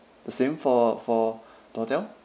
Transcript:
the same for for the hotel